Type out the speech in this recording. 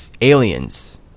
aliens